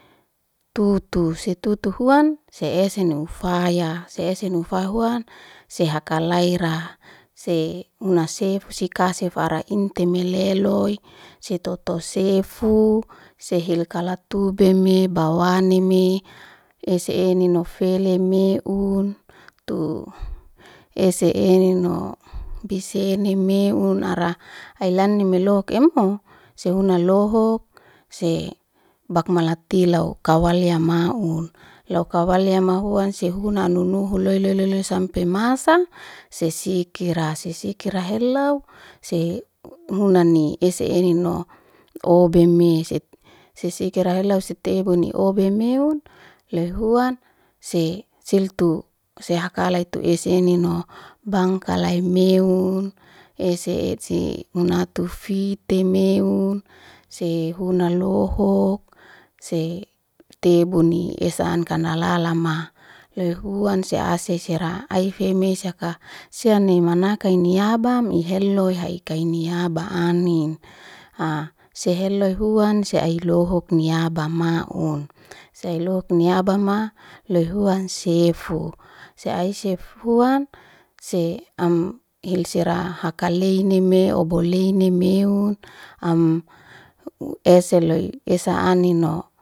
Tutu setutu huan, se eseno ufaya. Se eseno ufaya huan sehakalaira, se una sefu sikasifara inte meleloy setotose sefu sehil kalatubeme bawaneme ese enino feleme un tu ese enino. Besemeun ara alanai melo emho, sehuna lohok sebakmala tilau kawalyamaun. La kawalya mahuan sehuna aninoho loy loy loy loy sampe masa, sesikira. Sesikira helo se hunani, ese enino obeme. Sesikira lau setebuni obemeun, lehuan se seltu sehakay tu ese nino. Bangakali meun ese se unatu fitemeun se huna lohok setebuni, esa an kanalalam. Loyhuan se ase rea aife mesaka se ani manakai niabam ni heloy hakai niaba anin. Se heloy huan se ai lohok niabamaun. Se ai lohok niabamaun loyhuan sefu. Se aisefuan se am hil sera hakalei ni me oboleimeun am ese loy esa ani no.